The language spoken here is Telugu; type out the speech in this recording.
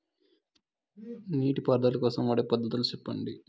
నీటి పారుదల కోసం వాడే పద్ధతులు సెప్పండి?